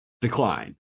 decline